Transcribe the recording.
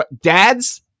dads